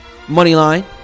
Moneyline